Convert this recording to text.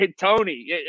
Tony